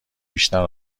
بیشتر